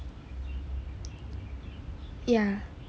yeah